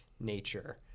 nature